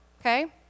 okay